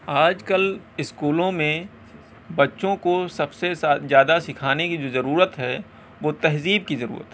آج کل اسکولوں میں بچوں کو سب سے سا زیادہ سکھانے کی جو ضرورت ہے وہ تہذیب کی ضرورت ہے